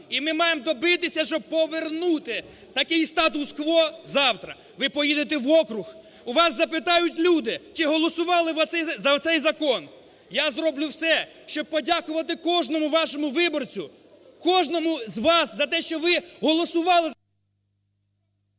І ми маємо добитися, щоб повернути такий статус-кво завтра. Ви поїдете в округ, у вас запитають люди, чи голосували ви за оцей закон? Я зроблю все, щоб подякувати кожному вашому виборцю, кожному з вас за те, що ви голосували… ГОЛОВУЮЧИЙ.